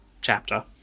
chapter